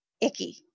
icky